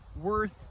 worth